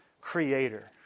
creator